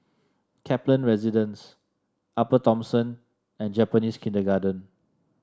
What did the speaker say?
Kaplan Residence Upper Thomson and Japanese Kindergarten